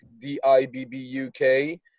D-I-B-B-U-K